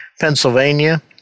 Pennsylvania